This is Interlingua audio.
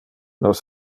nos